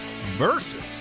versus